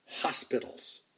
hospitals